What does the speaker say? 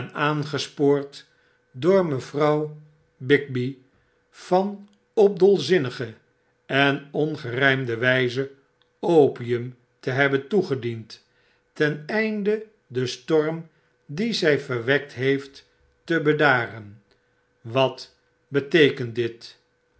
aangespoord door mevrouw bigby van op dolzinnige en ongerijmde wyze opium te hebben toegediend ten einde den storm dien zij verwekt heeft te bedaren wat beteekent dit